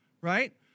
right